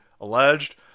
alleged